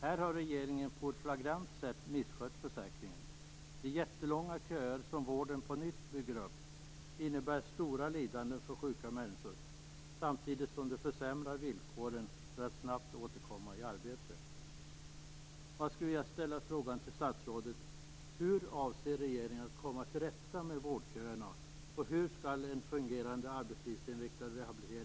Här har regeringen på ett flagrant sätt misskött försäkringen. De jättelånga köer som på nytt byggs upp inom vården innebär stora lidanden för sjuka människor samtidigt som de försämrar villkoren för att snabbt återkomma i arbete. Fru talman!